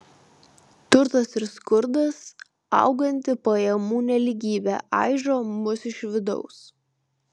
turtas ir skurdas auganti pajamų nelygybė aižo mus iš vidaus